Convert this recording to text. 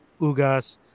Ugas